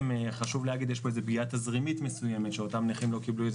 חשוב לומר שיש כאן איזו ביאה תזרימית מסוימת שאותם נכים לא קיבלו אל